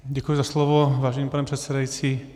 Děkuji za slovo, vážený pane předsedající.